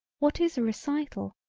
what is a recital,